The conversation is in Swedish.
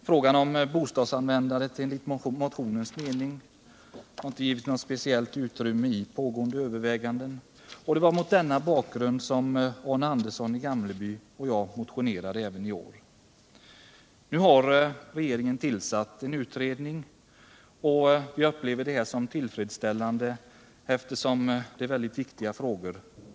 Frågan om bostadsanvändandet har enligt motionärernas mening inte beretts något speciellt utrymme i det pågående arbetet i den här frågan. Det är mot denna bakgrund som Arne Andersson i Gamleby och jag även i år lagt fram en motion. Regeringen har nu tillsatt en utredning. Jag upplever det som tillfredsställande eftersom det rör mycket viktiga frågor.